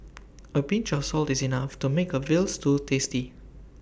A pinch of salt is enough to make A Veal Stew tasty